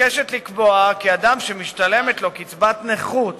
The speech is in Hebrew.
מוצע לקבוע כי אדם שמשתלמת לו קצבת נכות